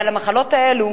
המחלות האלה,